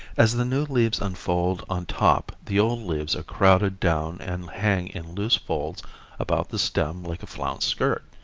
as the new leaves unfold on top the old leaves are crowded down and hang in loose folds about the stem like a flounced skirt.